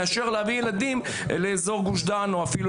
מאשר להביא ילדים לאזור גוש דן או אפילו